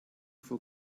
for